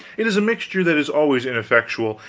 it is a mixture that is always ineffectual,